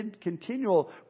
continual